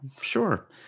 sure